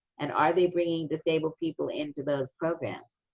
and are they bringing disabled people into those programs?